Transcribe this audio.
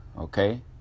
Okay